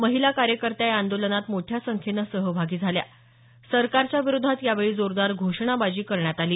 महिला कार्यकर्त्या या आंदोलनात मोठ्या संख्येने सहभागी झाल्या सरकारच्या विरोधात यावेळी जोरदार घोषणाबाजी करण्यात आली